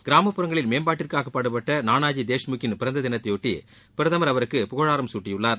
கிராமப்புறங்களின் மேம்பாட்டிற்காக பாடுபட்ட நானாஜி தேஷ்முக்கின் பிறந்த தினத்தையொட்டி பிரதமர் அவருக்கு புகழாரம் சூட்டியுள்ளார்